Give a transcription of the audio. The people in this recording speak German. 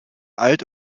alt